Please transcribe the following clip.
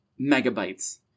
megabytes